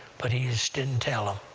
but he just didn't tell them